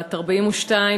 בת 42,